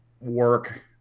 work